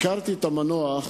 הכרתי את המנוח